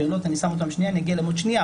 שאלות שאני אגיע אליהן בעוד שנייה,